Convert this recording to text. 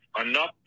enough